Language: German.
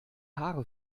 haare